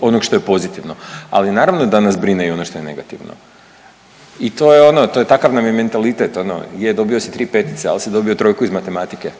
onog što je pozitivno, ali naravno da nas brine i ono što je negativno. I to je ono to je takav nam je mentalitet ono, je dobio si tri petice, ali si dobio trojku iz matematike.